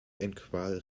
enqual